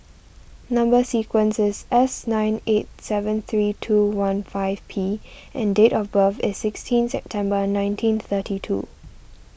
Number Sequence is S nine eight seven three two one five P and date of birth is sixteen September nineteen thirty two